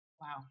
Wow